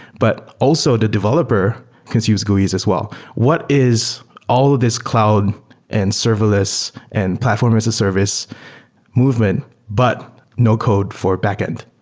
but also the developer conceives guis as well. what is all this cloud and serverless and platform as a service movement but no-code for backend,